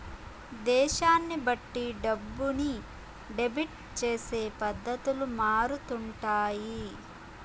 దేశాన్ని బట్టి డబ్బుని డెబిట్ చేసే పద్ధతులు మారుతుంటాయి